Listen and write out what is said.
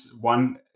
one